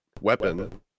weapon